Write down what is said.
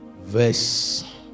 verse